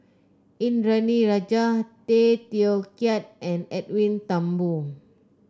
Indranee Rajah Tay Teow Kiat and Edwin Thumboo